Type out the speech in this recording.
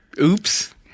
Oops